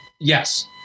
Yes